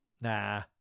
Nah